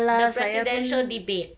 the presidential debate